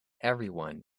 everyone